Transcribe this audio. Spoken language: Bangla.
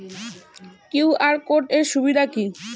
কিউ.আর কোড এর সুবিধা কি?